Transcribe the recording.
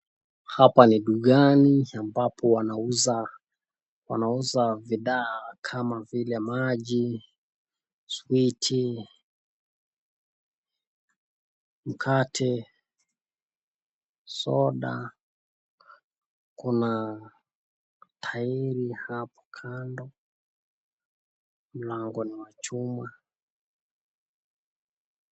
Hapa ni dukani ambapo wanauza bidhaa kama vile maji, switi, mkate, soda, kuna tahiri hapo kando, mlango ni wa chuma.